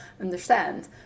understand